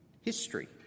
history